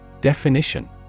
Definition